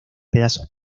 pedazos